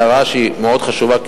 הערה חשובה,